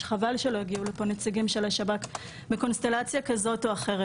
חבל שלא הגיעו נציגים של השב"כ בקונסטלציה כזאת או אחרת.